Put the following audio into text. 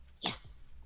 Yes